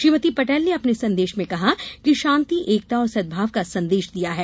श्रीमती पटेल ने अपने संदेश में कहा है कि शान्ति एकता और सद्माव का संदेश दिया है